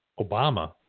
Obama